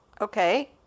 Okay